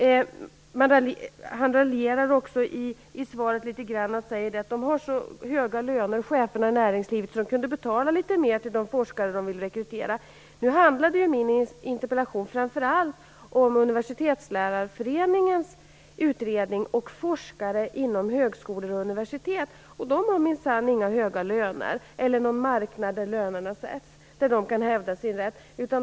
Han raljerade också litet grand i svaret, och sade att cheferna i näringslivet har så höga löner att de kan betala litet mer till de forskare de vill rekrytera. Nu handlade ju min interpellation framför allt om Universitetslärarföreningens utredning och om forskare på högskolor och universitet. De har minsann inga höga löner. De har inte heller någon marknad där lönerna sätts, och där de kan hävda sin rätt.